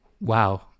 Wow